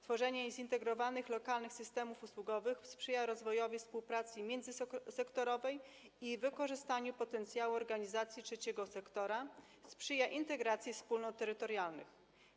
Tworzenie zintegrowanych lokalnych systemów usługowych sprzyja rozwojowi współpracy międzysektorowej, a wykorzystaniu potencjału organizacji trzeciego sektora sprzyja integracji wspólnot terytorialnych.